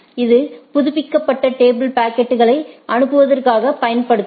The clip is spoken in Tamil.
இது புதுப்பிக்கப்பட்ட டேபிள் பாக்கெட்களை அனுப்புவதற்கு பயன்படுத்தலாம்